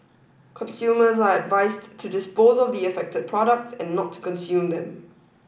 consumers are advised to dispose of the affected products and not to consume them